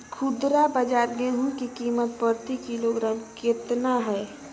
खुदरा बाजार गेंहू की कीमत प्रति किलोग्राम कितना है?